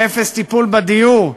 באפס טיפול בדיור?